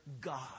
God